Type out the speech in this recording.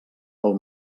pel